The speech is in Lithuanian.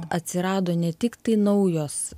atsirado ne tiktai naujos